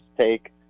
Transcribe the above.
take